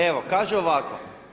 Evo kaže ovako.